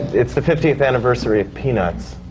it's the fiftieth anniversary of peanuts.